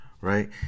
right